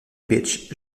beach